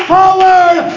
forward